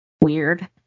weird